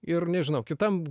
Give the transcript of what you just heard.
ir nežinau kitam